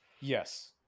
yes